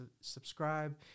subscribe